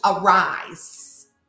arise